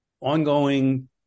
ongoing